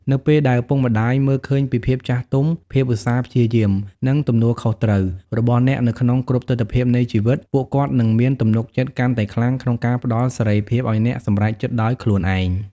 នៅពេលដែលឪពុកម្ដាយមើលឃើញពី ភាពចាស់ទុំ ភាពឧស្សាហ៍ព្យាយាម និងទំនួលខុសត្រូវ របស់អ្នកនៅក្នុងគ្រប់ទិដ្ឋភាពនៃជីវិត ពួកគាត់នឹងមាន ទំនុកចិត្តកាន់តែខ្លាំង ក្នុងការផ្ដល់សេរីភាពឲ្យអ្នកសម្រេចចិត្តដោយខ្លួនឯង។